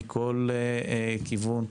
מכל כיוון,